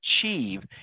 achieve